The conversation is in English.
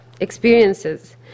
experiences